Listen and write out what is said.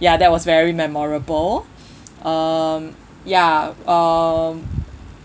ya that was very memorable um ya um